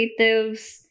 creatives